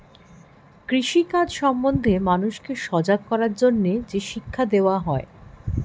কৃষি কাজ সম্বন্ধে মানুষকে সজাগ করার জন্যে যে শিক্ষা দেওয়া হয়